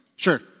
Sure